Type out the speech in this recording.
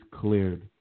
cleared